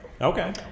Okay